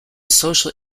social